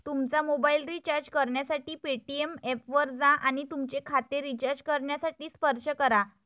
तुमचा mobile recharge करण्यासाठी Paytm ऐपवर जा आणि तुमचे खाते रिचार्ज करण्यासाठी स्पर्श करा